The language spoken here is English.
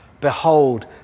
behold